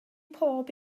pob